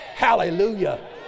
Hallelujah